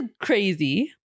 crazy